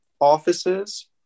offices